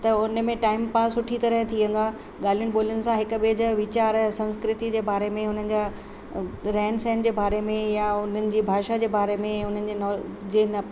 त उन में टाइम पास सुठी तरह थी वेंदो आहे ॻाल्हियुनि ॿोलियुनि सां हिक ॿिए जा विचार संस्कृति जे बारे में उन्हनि जा रहन सहन जे बारे में या उन्हनि जी भाषा जे बारे में उन्हनि जे नो जे न